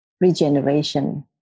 regeneration